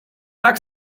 tak